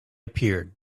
appeared